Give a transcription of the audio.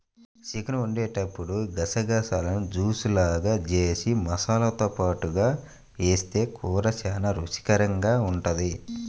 chicken వండేటప్పుడు గసగసాలను juice లాగా జేసి మసాలాతో పాటుగా వేస్తె కూర చానా రుచికరంగా ఉంటది